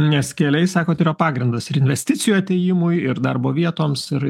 nes keliai sakot yra pagrindas ir investicijų atėjimui ir darbo vietoms ir